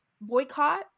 boycott